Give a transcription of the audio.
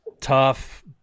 tough